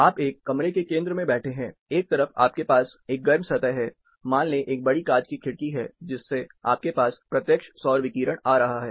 आप एक कमरे के केंद्र में बैठे हैं एक तरफ आपके पास एक गर्म सतह है मान ले एक बड़ी कांच की खिड़की है जिससे आपके पास प्रत्यक्ष सौर विकिरण आ रहा है